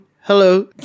Hello